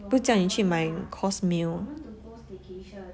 不是叫你去买 course meal